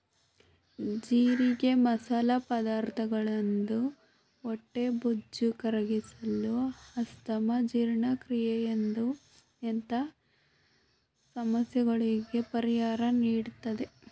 ಜೀರಿಗೆ ಮಸಾಲ ಪದಾರ್ಥವಾಗಿದ್ದು ಹೊಟ್ಟೆಬೊಜ್ಜು ಕರಗಿಸಲು, ಅಸ್ತಮಾ, ಜೀರ್ಣಕ್ರಿಯೆಯಂತ ಸಮಸ್ಯೆಗಳಿಗೆ ಪರಿಹಾರ ನೀಡುತ್ತದೆ